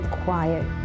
quiet